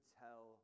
tell